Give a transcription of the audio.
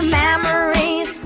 memories